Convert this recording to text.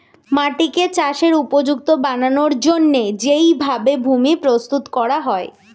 মাটিকে চাষের উপযুক্ত বানানোর জন্যে যেই ভাবে ভূমি প্রস্তুত করা হয়